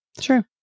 True